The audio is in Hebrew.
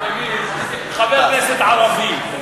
תגיד "חבר כנסת ערבי".